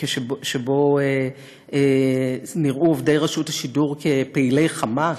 שבו נראו עובדי רשות השידור כפעילי "חמאס"